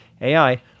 AI